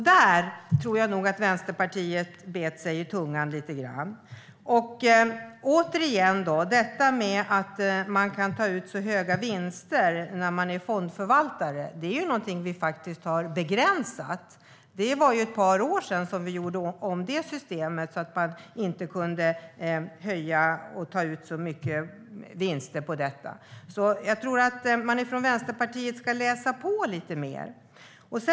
Där tror jag nog att Vänsterpartiet bet sig i tungan lite grann. Detta med att man kan ta ut höga vinster när man är fondförvaltare har vi faktiskt begränsat. Det var ett par år sedan vi gjorde om systemet så att man inte kan ta ut så mycket vinster på detta. Jag tror alltså att man från Vänsterpartiet ska läsa på lite mer.